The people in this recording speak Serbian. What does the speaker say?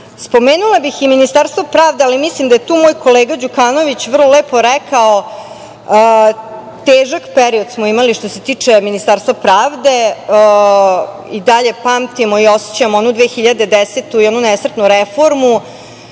zemlju. Spomenula bih i Ministarstvo pravde, ali mislim da je tu moj kolega Đukanović vrlo lepo rekao, težak period smo imali što se tiče Ministarstva pravde. I dalje pamtimo i osećamo onu 2010. godinu i onu nesretnu reformu.